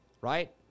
right